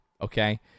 okay